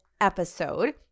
episode